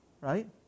right